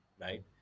right